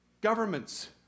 Governments